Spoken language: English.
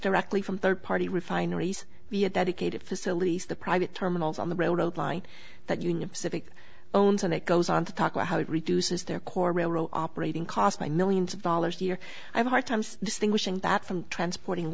directly from third party refineries be a dedicated facilities the private terminals on the railroad line that union pacific owns and it goes on to talk about how it reduces their core railroad operating cost millions of dollars a year i have hard times distinguishing that from transporting